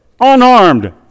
unarmed